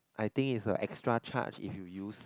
I think is a extra charge if you use